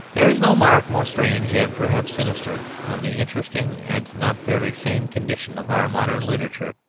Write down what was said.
there is no mark more strange and perhaps sinister of the interesting and not very sane condition of our modern literature,